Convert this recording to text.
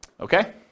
Okay